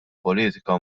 politika